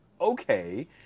okay